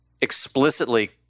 explicitly